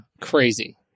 Crazy